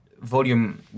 volume